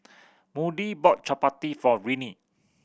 Moody bought chappati for Renea